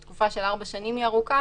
מכיוון שתקופה של ארבע שנים היא ארוכה,